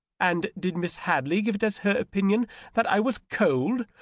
and did miss hadley give it as her opinion that i was cold,